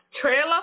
trailer